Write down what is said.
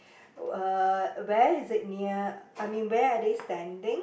uh where is it near I mean where are they standing